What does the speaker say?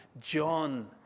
John